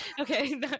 okay